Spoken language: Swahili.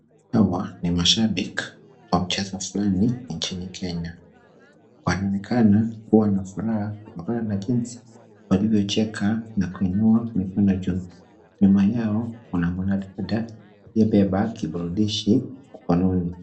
Hawa ni mashabiki wa mchezo fulani nchi Kenya, wanaonekana kuwa na furaha kwa jinsi walivyocheka na kuinua mikono juu. Nyuma yao kuna mwanadada aliyebeba kiburudishi mkononi.